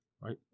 right